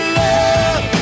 love